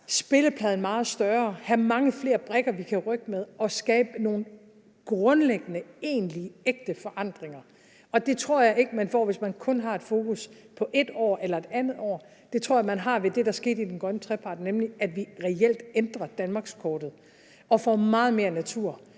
spillepladen meget større, have mange flere brikker, vi kan rykke med, og skabe nogle grundlæggende, egentlige, ægte forandringer, og det tror jeg ikke at man får, hvis man kun har et fokus på et bestemt år eller et andet år. Det tror jeg at man får med det, der er sket i den tredje grønne trepart, nemlig at vi reelt ændrer danmarkskortet, får meget mere natur